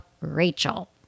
Rachel